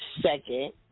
Second